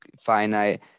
finite